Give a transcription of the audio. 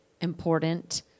important